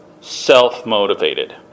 self-motivated